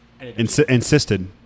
Insisted